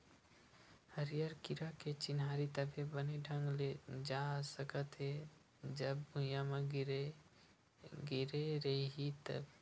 हरियर कीरा के चिन्हारी तभे बने ढंग ले जा सकथे, जब भूइयाँ म गिरे रइही तब